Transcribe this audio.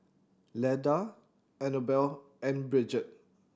Leda Annabelle and Brigitte